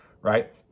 right